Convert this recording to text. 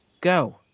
Go